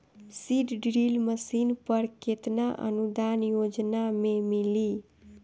Seed drill machine पर केतना अनुदान योजना में मिली?